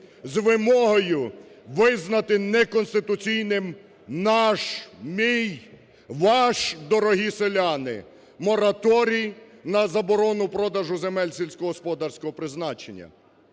з вимогою визнати неконституційним наш, мій, ваш, дорогі селяни, мораторій на заборону продажу земель сільськогосподарського призначення.